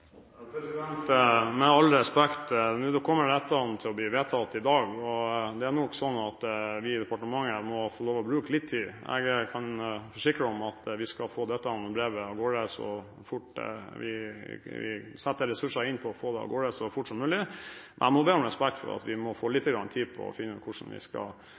og med all respekt må vi i departementet få lov å bruke litt tid. Jeg kan forsikre om at vi skal sette ressurser inn på å få dette brevet av gårde så fort som mulig, men jeg må be om respekt for at vi må få litt tid på å finne ut hvordan vi skal